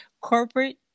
Corporate